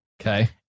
Okay